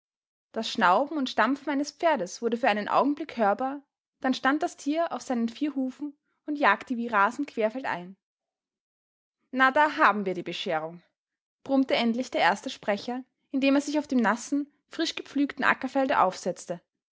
das schnauben und stampfen eines pferdes wurde für einen augenblick hörbar dann stand das tier auf seinen vier hufen und jagte wie rasend querfeldein na da haben wir die bescherung brummte endlich der erste sprecher indem er sich auf dem nassen frisch gepflügten ackerfelde aufsetzte